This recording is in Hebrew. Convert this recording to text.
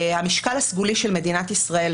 המשקל הסגולי של מדינת ישראל,